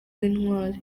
w’intwari